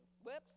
Whoops